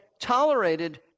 tolerated